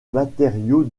matériaux